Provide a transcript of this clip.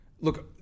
look